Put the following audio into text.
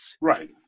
Right